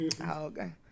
Okay